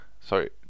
sorry